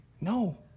No